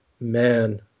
man